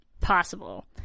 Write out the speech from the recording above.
possible